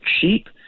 cheap